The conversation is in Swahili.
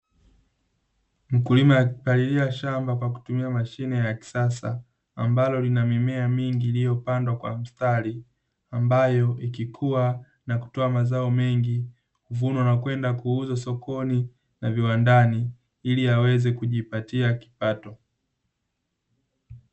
Mkulima akipalilia shamba kwa kutumia mashine ya kisasa, ambalo lina mimea mingi iliyopandwa kwa mstari, ambayo ikikua na kutoa mazao mengi, huvunwa na kwenda kuuzwa sokoni na viwandani ili aweze kujipatia kipato.